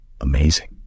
amazing